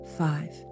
five